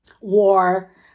war